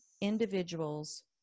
individuals